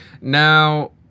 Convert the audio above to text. Now